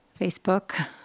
Facebook